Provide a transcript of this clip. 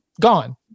gone